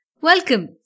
Welcome